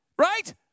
right